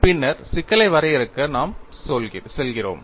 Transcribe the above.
பின்னர் சிக்கலை வரையறுக்க நாம் செல்கிறோம்